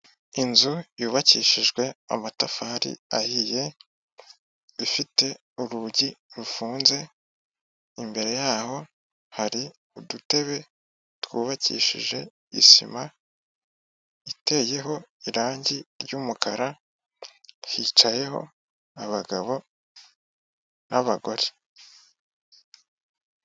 Inzu yubakishijwe amatafari ahiye, ifite urugi rufunze. Imbere yaho hari udutebe twubakishije isima iteyeho irangi ry' umukara, hicayeho abagabo n'abagore.